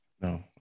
No